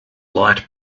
light